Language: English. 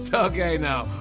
okay now,